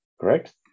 correct